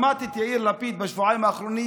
שמעתי את יאיר לפיד בשבועיים האחרונים.